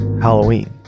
halloween